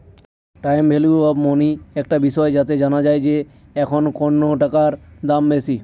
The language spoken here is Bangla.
টাইম ভ্যালু অফ মনি একটা বিষয় যাতে জানা যায় যে এখন কোনো টাকার দাম বেশি